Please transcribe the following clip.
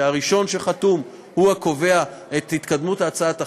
שהראשון שחתום הוא הקובע את התקדמות הצעת החוק,